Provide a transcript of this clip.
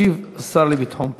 ישיב השר לביטחון פנים.